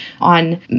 on